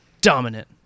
dominant